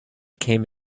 came